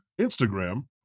Instagram